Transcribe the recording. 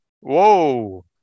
Whoa